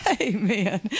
Amen